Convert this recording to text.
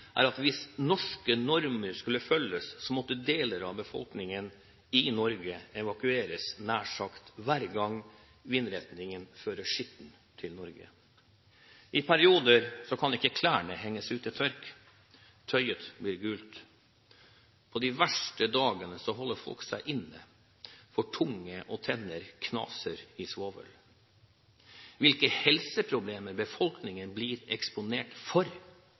Hvis norske normer skulle følges, måtte deler av befolkningen i Norge evakueres nær sagt hver gang vindretningen fører skitten til Norge. I perioder kan ikke klærne henges ut til tørk – tøyet blir gult. På de verste dagene holder folk seg inne, for tunge og tenner knaser i svovel. Hvilke helseproblemer befolkningen blir eksponert for,